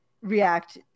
react